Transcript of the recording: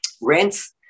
rents